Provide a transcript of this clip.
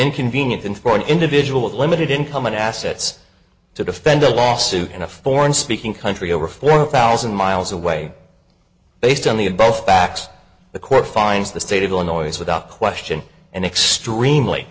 inconvenient than for an individual with limited income and assets to defend a lawsuit in a foreign speaking country over one thousand miles away based on the of both facts the court finds the state of illinois without question an extremely